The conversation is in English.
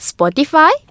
Spotify